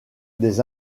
des